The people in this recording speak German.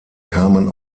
kamen